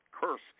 curse